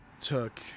took